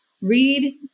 read